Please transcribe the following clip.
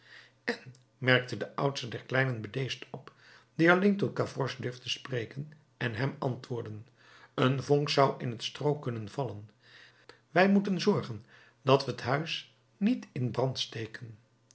en merkte de oudste der kleinen bedeesd op die alleen tot gavroche durfde spreken en hem antwoorden een vonk zou in het stroo kunnen vallen wij moeten zorgen dat we het huis niet in brand steken